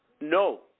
No